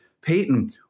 Peyton